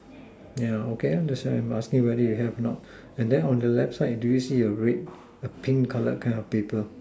yeah okay and that's why I'm asking whether you have or not and then on the left side do you see a red a pink colored kind of paper